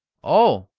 oh,